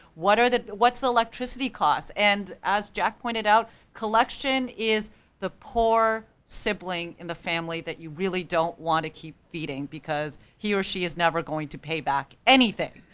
what are the, what's the electricity costs, and as jack pointed out, collection is the poor sibling in the family that you really don't want to keep feeding, because he or she is never going to pay back anything.